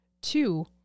Two